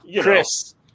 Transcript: Chris